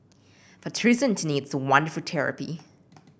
for Theresa Anthony it's a wonderful therapy